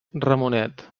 ramonet